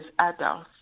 adults